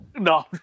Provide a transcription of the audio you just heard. No